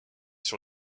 sur